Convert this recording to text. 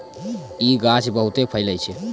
इ गाछ बहुते फैलै छै